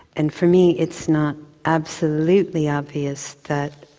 and for me, it's not absolutely obvious that